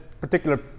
particular